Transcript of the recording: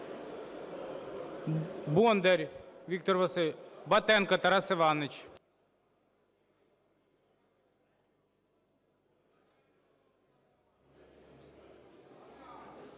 Бондар Віктор Васильович. Батенко Тарас Іванович.